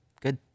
good